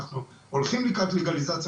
אנחנו הולכים לקראת לגליזציה,